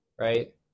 Right